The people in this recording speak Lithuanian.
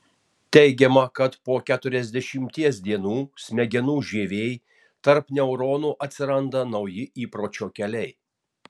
teigiama kad po keturiasdešimties dienų smegenų žievėj tarp neuronų atsiranda nauji įpročio keliai